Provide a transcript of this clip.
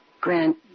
Grant